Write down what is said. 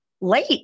late